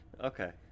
Okay